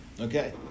Okay